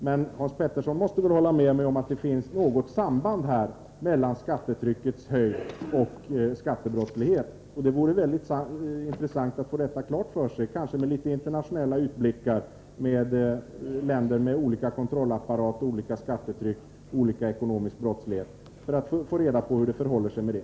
Men Hans Pettersson måste väl hålla med om att det finns ett samband mellan skattetryckets höjd och skattebrottsligheten. Det vore mycket intressant att få detta belyst — kanske med litet internationella utblickar till länder med olika kontrollapparater, olika skattetryck och olika ekonomisk brottslighet.